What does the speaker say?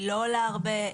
היא לא עולה הרבה,